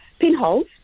pinholes